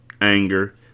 anger